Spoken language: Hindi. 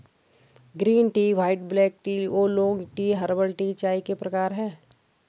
green tea white black tea oolong tea herbal tea चाय के प्रकार है